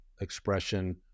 expression